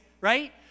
right